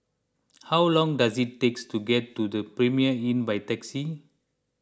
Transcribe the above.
how long does it takes to get to the Premier Inn by taxi